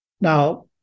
Now